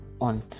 on